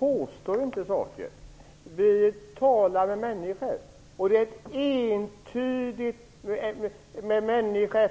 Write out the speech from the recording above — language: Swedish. Herr talman! Men vi gör inte påståenden, Ingrid Burman. Vi talar med människor,